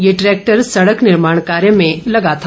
ये ट्रैक्टर सड़क निर्माण कार्य में लगा था